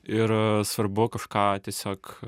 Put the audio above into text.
ir svarbu kažką tiesiog